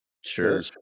Sure